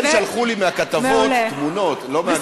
הם שלחו לי מהכתבות תמונות, לא מהגן.